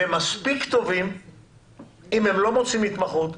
אם הם לא מוצאים התמחות,